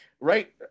right